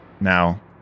Now